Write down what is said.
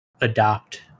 adopt